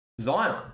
Zion